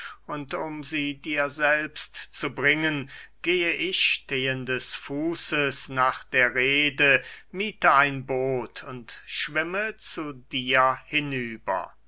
um sie dir selbst zu bringen gehe ich stehendes fußes nach der rehde miethe ein both und schwimme zu dir hinüber